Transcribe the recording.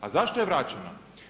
A zašto je vraćeno?